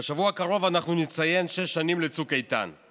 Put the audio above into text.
בשבוע הקרוב אנחנו נציין שש שנים לצוק איתן,